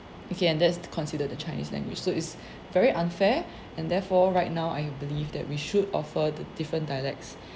okay and that's considered the chinese language so it's very unfair and therefore right now I believe that we should offer the different dialects